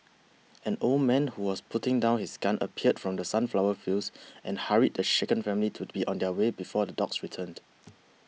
an old man who was putting down his gun appeared from the sunflower fields and hurried the shaken family to be on their way before the dogs returned